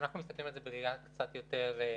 אנחנו מסתכלים על זה בראייה קצת יותר מקרו.